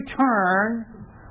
turn